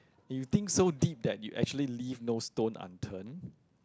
you think so deep that you actually leave no stone unturned